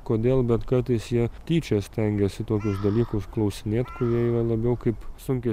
kodėl bet kartais jie tyčia stengiasi tokius dalykus klausinėt kurie yra labiau kaip sunkiai